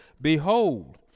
Behold